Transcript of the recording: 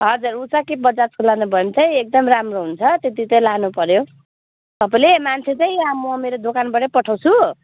हजुर उषा कि बजाजको लानुभयो भने चाहिँ एकदम राम्रोे हुन्छ त्यति चाहिँ लानु पर्यो तपाईँले मान्छे चाहिँ म मेरो दोकानबाटै पठाउँछु